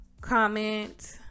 Comment